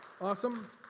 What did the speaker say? Awesome